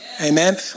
amen